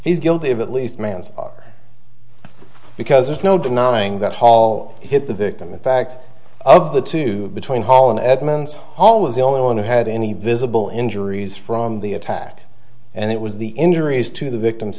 he's guilty of at least mans because there's no denying that hall hit the victim in fact of the two between hall and edmonds hall was the only one who had any visible injuries from the attack and it was the injuries to the victim